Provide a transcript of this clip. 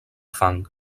fang